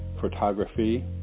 photography